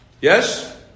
Yes